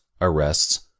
arrests